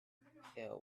phil